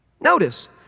Notice